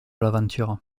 l’aventure